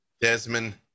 Desmond